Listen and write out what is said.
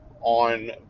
on